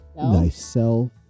thyself